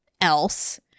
else